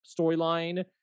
storyline